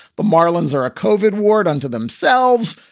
the marlins are a coveted ward unto themselves.